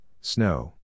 snow